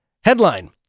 Headline